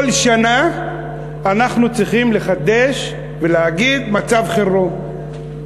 כל שנה, אנחנו צריכים לחדש ולהגיד: מצב חירום.